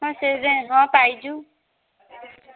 ହଁ ସେ ଯେ ହଁ ପାଇଛୁ